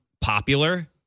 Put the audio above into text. popular